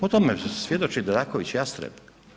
O tome svjedoči Dedaković Jastreb.